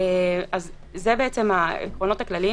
אלה העקרונות הכלליים,